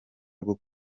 rwo